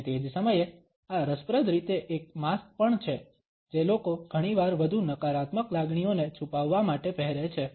અને તે જ સમયે આ રસપ્રદ રીતે એક માસ્ક પણ છે જે લોકો ઘણીવાર વધુ નકારાત્મક લાગણીઓને છુપાવવા માટે પહેરે છે